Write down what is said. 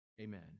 Amen